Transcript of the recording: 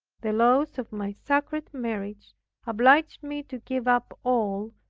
the laws of my sacred marriage obliged me to give up all,